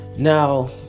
Now